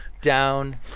down